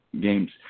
games